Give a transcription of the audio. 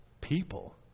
people